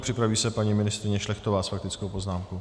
Připraví se paní ministryně Šlechtová s faktickou poznámkou.